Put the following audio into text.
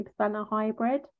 hybrid